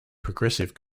progressive